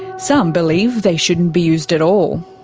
some believe they shouldn't be used at all.